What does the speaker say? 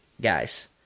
guys